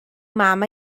mam